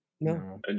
No